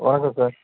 வணக்கம் சார்